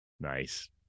Nice